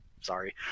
Sorry